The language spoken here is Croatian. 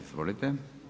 Izvolite.